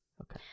Okay